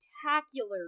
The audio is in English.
spectacular